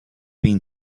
been